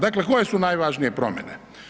Dakle koje su najvažnije promjene?